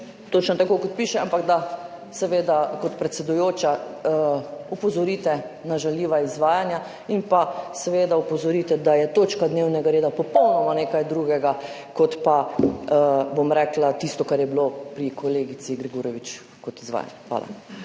točno tako, kot piše, da kot predsedujoči opozorite na žaljiva izvajanja in seveda opozorite, da je točka dnevnega reda popolnoma nekaj drugega kot pa tisto, kar je bilo pri kolegici Grgurevič kot izvajanje. Hvala.